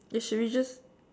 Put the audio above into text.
then should we just